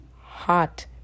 hot